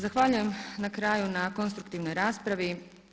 Zahvaljujem na kraju na konstruktivnoj raspravi.